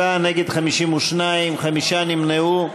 בעד, 37, נגד, 52, חמישה נמנעו.